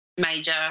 major